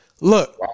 Look